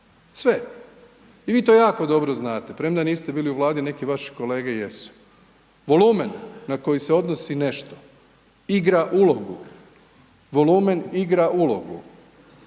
sve. I vi to jako dobro znate, premda niste bili u Vladi neki vaši kolege jesu. Volumen na koji se odnosi nešto igra ulogu, volumen igra ulogu.